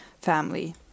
family